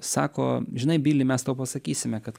sako žinai bili mes tau pasakysime kad